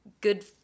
good